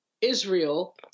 Israel